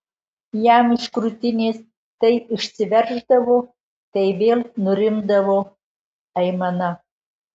jam iš krūtinės tai išsiverždavo tai vėl nurimdavo aimana